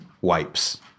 wipes